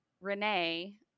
Renee